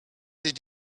did